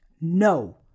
No